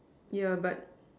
yeah but